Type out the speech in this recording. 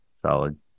solid